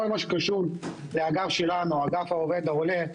כל מה שקשור באגף העובד-העולה שלנו,